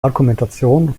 argumentation